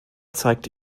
zeigt